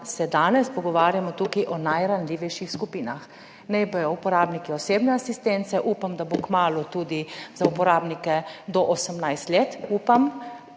se danes pogovarjamo tukaj o najranljivejših skupinah, naj bodo uporabniki osebne asistence, upam da bo kmalu tudi za uporabnike do 18 let, upam,